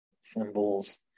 symbols